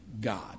God